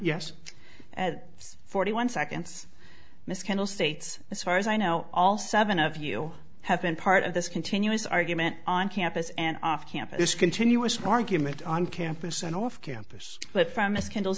yes at forty one seconds miss kendall states as far as i know all seven of you have been part of this continuous argument on campus and off campus continuous argument on campus and off campus but from a scandal